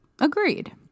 agreed